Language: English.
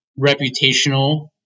reputational –